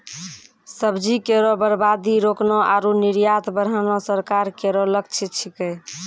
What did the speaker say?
सब्जी केरो बर्बादी रोकना आरु निर्यात बढ़ाना सरकार केरो लक्ष्य छिकै